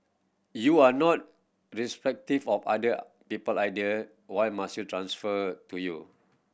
U R not receptive of other people idea Y must transfer to you